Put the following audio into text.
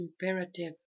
imperative